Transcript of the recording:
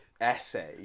essay